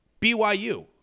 BYU